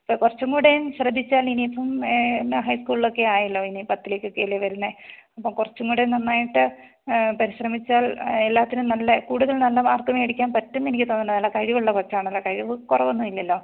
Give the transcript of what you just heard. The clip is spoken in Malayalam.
ഇപ്പം കുറച്ചും കൂടേം ശ്രദ്ധിച്ചാല് ഇനി ഇപ്പം എന്നാ ഹൈ സ്കൂളിലൊക്കെ ആയല്ലോ ഇനി പത്തിലേക്ക് ഒക്കെ അല്ലെ വരുന്നത് അപ്പം കുറച്ചും കൂടെ നന്നായിട്ട് പരിശ്രമിച്ചാല് എല്ലാത്തിനും നല്ല കൂടുതല് നല്ല മാര്ക്ക് മേടിക്കാന് പറ്റും എനിക്ക് തോന്നുന്നുണ്ട് നല്ല കഴിവുള്ള കൊച്ചാണല്ലോ കഴിവ് കുറവൊന്നും ഇല്ലല്ലോ